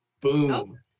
Boom